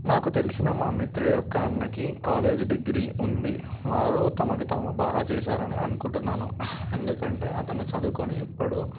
నాకు తెలిసిన మా మిత్రుడి యొక్క అన్నకి కాలేజ్ డిగ్రీ ఉంది వారు తమకు తాము బాగా చేశారని అనుకుంటున్నాను ఎందుకంటే అతను చదువుకుని ఇప్పుడు